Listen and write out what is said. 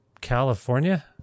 California